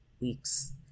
weeks